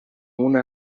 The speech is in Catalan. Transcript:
una